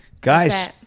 guys